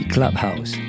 Clubhouse